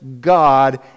God